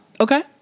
Okay